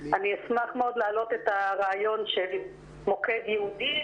אשמח מאוד להעלות את הרעיון של מוקד ייעודי,